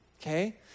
Okay